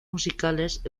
musicales